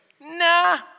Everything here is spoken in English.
nah